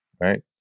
right